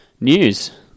news